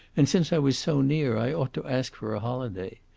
and since i was so near i ought to ask for a holiday.